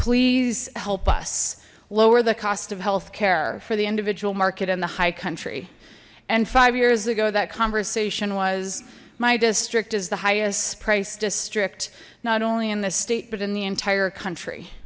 please help us lower the cost of health care for the individual market and the high country and five years ago that conversation was my district as the highest price district not only in this state but in the entire country